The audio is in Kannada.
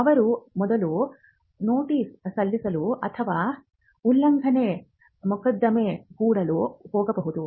ಅವರು ಮೊದಲು ನೋಟಿಸ್ ಸಲ್ಲಿಸಲು ಅಥವಾ ಉಲ್ಲಂಘನೆ ಮೊಕದ್ದಮೆ ಹೂಡಲು ಹೋಗಬಹುದು